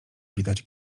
widać